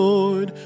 Lord